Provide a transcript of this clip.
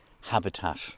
habitat